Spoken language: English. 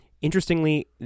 Interestingly